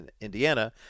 Indiana